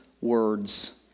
words